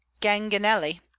ganganelli